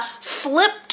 flipped